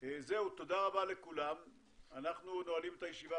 תודה רבה, אנחנו נועלים את הישיבה.